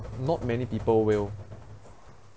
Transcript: not many people will